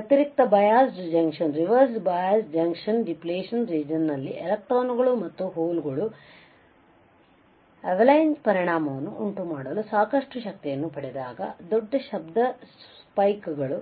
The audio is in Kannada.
ವ್ಯತಿರಿಕ್ತ ಬಯಸ್ಡ್ ಜಂಕ್ಷನ್ನ ಡಿಪ್ಲೀಶನ್ ರಿಜನ್ ನಲ್ಲಿನ ಎಲೆಕ್ಟ್ರಾನ್ಗಳು ಮತ್ತು ಹೋಲ್ ಗಳು ಹಿಮಪಾತದ ಪರಿಣಾಮವನ್ನು ಉಂಟುಮಾಡಲು ಸಾಕಷ್ಟು ಶಕ್ತಿಯನ್ನು ಪಡೆದಾಗ ದೊಡ್ಡ ಶಬ್ದ ಸ್ಪೈಕ್ಗಳ